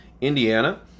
Indiana